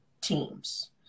teams